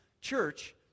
church